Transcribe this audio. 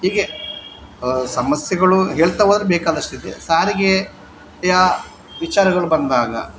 ಹೀಗೆ ಸಮಸ್ಯೆಗಳು ಹೇಳ್ತಾ ಹೋದ್ರೆ ಬೇಕಾದಷ್ಟಿದೆ ಸಾರಿಗೆ ಯಾ ವಿಚಾರಗಳು ಬಂದಾಗ